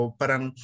parang